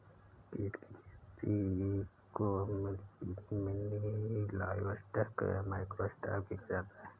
कीट की खेती को मिनी लाइवस्टॉक या माइक्रो स्टॉक भी कहा जाता है